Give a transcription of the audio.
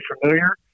familiar